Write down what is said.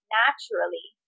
naturally